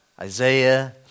Isaiah